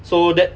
so that